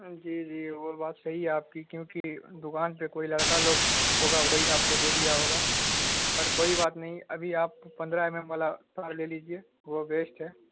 جی جی وہ بات صحیح ہے آپ کی کیونکہ دکان پہ کوئی لڑکا لوگ ہوگا وہی آپ کو دے دیا ہوگا اور کوئی بات نہیں ابھی آپ پندرہ ایم ایم والا وائر لے لیجیے وہ بیسٹ ہے